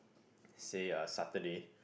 say uh Saturday